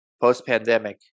post-pandemic